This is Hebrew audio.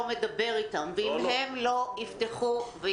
לא נוכל להניע את גלגלי המשק אם הם לא יפתחו ויחזרו.